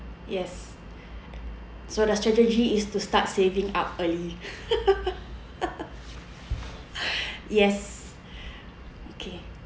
yes so the strategy is to start saving up early yes okay